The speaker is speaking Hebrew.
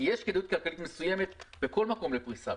כי יש כדאיות כלכלית מסוימת בכל מקום לפריסה.